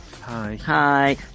Hi